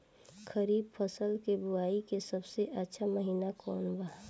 खरीफ फसल के बोआई के सबसे अच्छा महिना कौन बा?